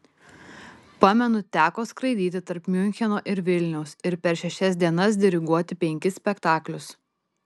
pamenu teko skraidyti tarp miuncheno ir vilniaus ir per šešias dienas diriguoti penkis spektaklius